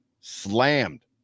Slammed